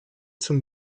zum